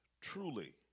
truly